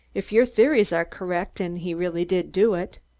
if your theories are correct and he really did do it.